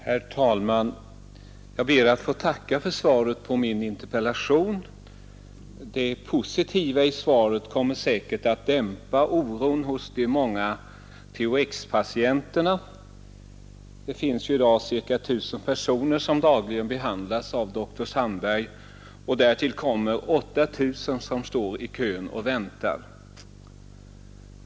Herr talman! Jag ber att få tacka för svaret på min interpellation. Det positiva i svaret kommer säkert att dämpa oron hos de många THX-patienterna; det finns i dag ca 1 000 personer som behandlas av dr Sandberg, och därtill kommer ungefär 8 000 som står i kö och väntar på tur.